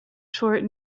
short